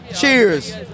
Cheers